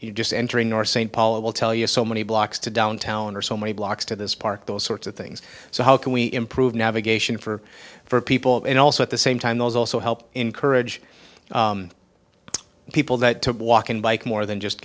you just entering north st paul it will tell you so many blocks to downtown or so many blocks to this park those sorts of things so how can we improve navigation for for people and also at the same time those also help encourage people that took walking bike more than just